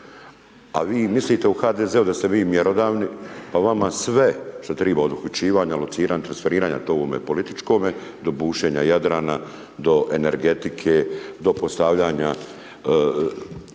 a vi mislite u HDZ-u da ste vi mjerodavni, pa vama sve što triba od uključivanja, lociranja, transferiranja to u ovome političkome, do bušenja Jadrana, do energetike, do postavljanja